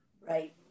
Right